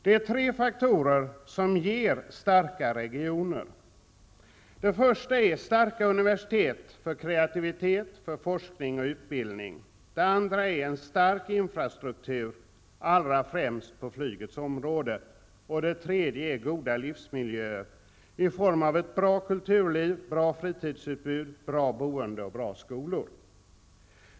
Det är tre faktorer som ger starka regioner. Den första faktorn är starka universitet för kreativitet, forskning och utbildning. Den andra är en stark infrastruktur, allra främst på flygets område. Den tredje är goda livsmiljöer i form av ett bra kulturliv, bra fritidsutbud, bra boende och bra skolor.